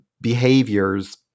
behaviors